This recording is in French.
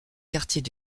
quartiers